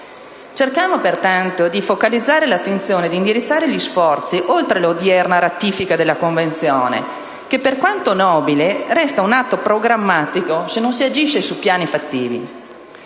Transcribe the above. Cerchiamo pertanto di focalizzare l'attenzione e di indirizzare gli sforzi oltre l'odierna ratifica della Convenzione, che, per quanto nobile, resta un atto programmatico se non si agisce su piani fattivi.